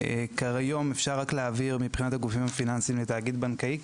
היום אפשר להעביר רק מבחינת הגופים הפיננסיים לתאגיד בנקאי,